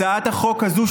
הצעת החוק הזאת,